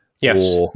Yes